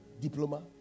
diploma